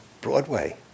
Broadway